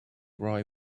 rye